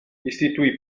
istituì